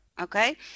Okay